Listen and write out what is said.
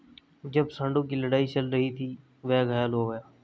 जब सांडों की लड़ाई चल रही थी, वह घायल हो गया